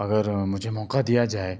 اگر مجھے موقعہ دیا جائے